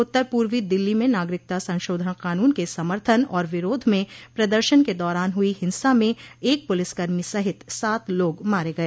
उत्तर पूर्वी दिल्ली में नागरिकता संशोधन कानून के समर्थन और विरोध में प्रदर्शन के दौरान हुई हिंसा में एक पुलिसकर्मी सहित सात लोग मारे गए